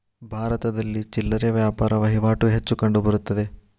ಭಾರತದಲ್ಲಿ ಚಿಲ್ಲರೆ ವ್ಯಾಪಾರ ವಹಿವಾಟು ಹೆಚ್ಚು ಕಂಡುಬರುತ್ತದೆ